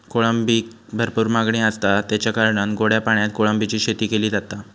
कोळंबीक भरपूर मागणी आसता, तेच्या कारणान गोड्या पाण्यात कोळंबीची शेती केली जाता